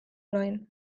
orain